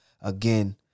Again